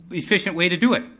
efficient way to do it.